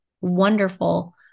wonderful